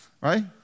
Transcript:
Right